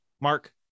Mark